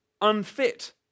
unfit